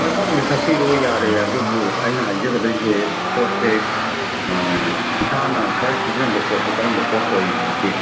ꯍꯣꯏ ꯊꯛꯄꯨꯗꯤ ꯊꯛꯄꯤꯔꯣ ꯌꯥꯔꯦ ꯑꯗꯨꯕꯨ ꯑꯩꯅ ꯍꯥꯏꯖꯒꯗꯣꯏꯁꯦ ꯄꯣꯠꯁꯦ ꯏꯁꯥꯅ ꯈꯔ ꯁꯤꯖꯤꯟꯅꯔꯝꯕ ꯄꯣꯠꯁꯦ ꯀꯔꯝꯕ ꯄꯣꯠ ꯑꯣꯏꯕꯤꯒꯦ